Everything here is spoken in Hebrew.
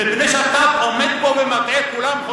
מפני שאתה עומד פה ומטעה את כולם.